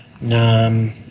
Nam